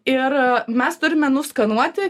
ir mes turime nuskanuoti